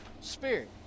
Spirit